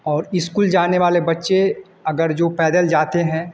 और स्कुल जाने वाले बच्चे अगर जो पैदल जाते हैं